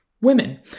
women